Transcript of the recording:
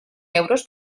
euros